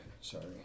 Sorry